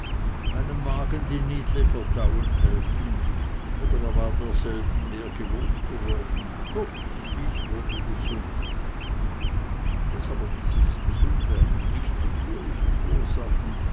meinem magen die nidle verdauen helfen oder er war derselben mehr gewohnt geworden kurz ich wurde gesund daß aber dieses gesundwerden nicht natürlichen ursachen